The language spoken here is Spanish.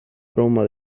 aroma